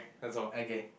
okay